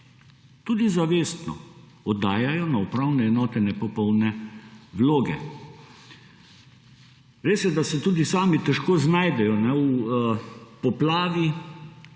tudi zavestno, oddajajo na upravne enote nepopolne vloge. Res je, da se tudi sami težko znajdejo v poplavi